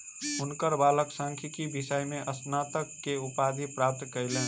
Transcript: हुनकर बालक सांख्यिकी विषय में स्नातक के उपाधि प्राप्त कयलैन